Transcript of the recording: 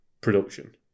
production